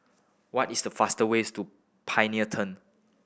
what is the fast ways to Pioneer Turn